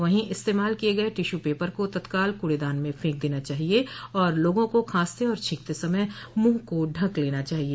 वहीं इस्तेमाल किए गए टिशू पेपर को तत्काल कूडेदान में फेंक देना चाहिए और लोगों को खांसते और छोंकते समय मुंह को ढंक लेना चाहिए